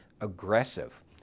aggressive